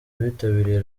abitabiriye